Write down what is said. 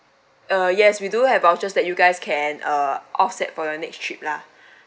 uh yes we do have vouchers that you guys can uh offset for your next trip lah